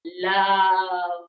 love